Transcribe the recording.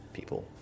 people